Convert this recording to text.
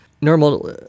Normal